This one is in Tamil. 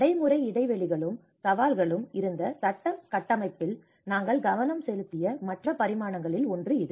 நடைமுறை இடைவெளிகளும் சவால்களும் இருந்த சட்ட கட்டமைப்பில் நாங்கள் கவனம் செலுத்திய மற்ற பரிமாணங்களில் ஒன்று இது